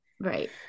Right